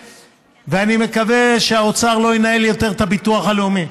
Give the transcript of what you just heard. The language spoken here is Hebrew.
ואני מקווה שהאוצר לא ינהל יותר את הביטוח הלאומי,